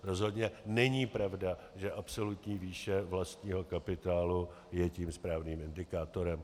Rozhodně není pravda, že absolutní výše vlastního kapitálu je tím správným indikátorem.